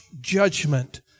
judgment